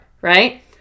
right